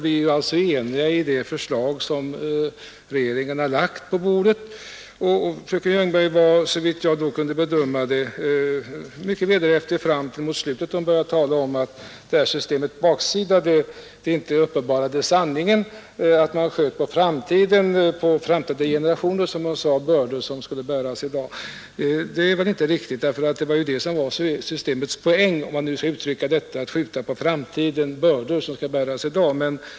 Vi är alltså eniga om det förslag som regeringen har lagt på bordet, och fröken Ljungberg var, såvitt jag kunde bedöma, mycket vederhäftig ända fram till slutet av anförandet, då hon började tala om att det här systemets baksida inte uppenbarade sanningen. Hon sade att man skjuter på framtiden och överlåter på kommande generationer att bära bördor som skall bäras i dag.